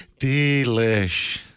Delish